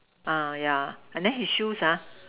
uh yeah and then his shoes ah